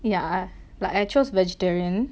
yeah like I chose vegetarian